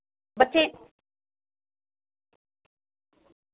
बच्चें